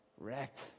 Wrecked